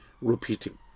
repeating